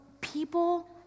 people